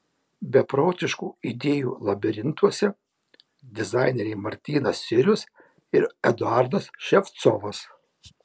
beprotiškų idėjų labirintuose dizaineriai martynas sirius ir eduardas ševcovas